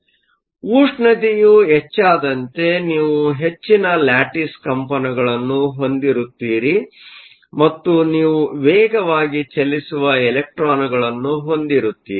ಏಕೆಂದರೆ ಉಷ್ಣತೆಯು ಹೆಚ್ಚಾದಂತೆ ನೀವು ಹೆಚ್ಚಿನ ಲ್ಯಾಟಿಸ್ ಕಂಪನಗಳನ್ನು ಹೊಂದಿರುತ್ತೀರಿ ಮತ್ತು ನೀವು ವೇಗವಾಗಿ ಚಲಿಸುವ ಎಲೆಕ್ಟ್ರಾನ್ಗಳನ್ನು ಹೊಂದಿರುತ್ತೀರಿ